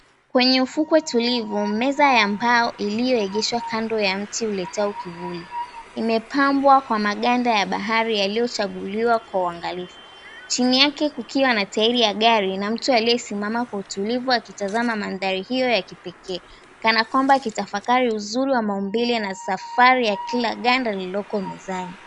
Kwenye ufukwe tulivu, meza ya mbao iliyoegeshwa kando ya mti uletao kivuli, imepambwa kwa maganda ya bahari yaliochaguliwa kwa uangalifu, chini yake kukiwa na tairi ya gari na mtu aliyesimama kwa utulivu akitazama mandhari hio ya kipekee kana kwamba akitafakari uzuri wa maumbile na safari ya kila ganda lililoko mezani.